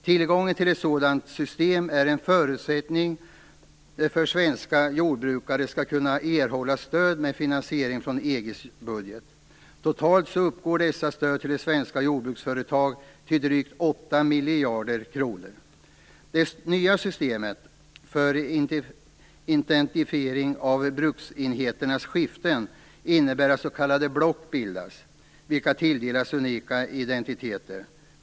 Tillgång till ett sådant system är en förutsättning för att svenska jordbrukare skall kunna erhålla stöd med finansiering från EG:s budget. Totalt uppgår dessa stöd till svenska jordbruksföretag till drygt 8 miljarder kronor. Det nya systemet för identifiering av bruksenheternas skiften innebär att s.k. block bildas, vilka tilldelas unika identiteter.